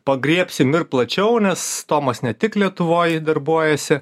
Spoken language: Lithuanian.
pagriebsim ir plačiau nes tomas ne tik lietuvoj darbuojasi